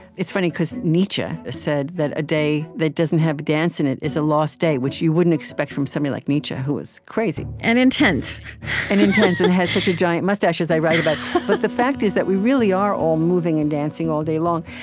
it's funny, because nietzsche said that a day that doesn't have a dance in it is a lost day, which you wouldn't expect from somebody like nietzsche, who was crazy and intense and intense and had such a giant mustache, as i write about. but the fact is that we really are all moving and dancing all day long.